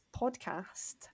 podcast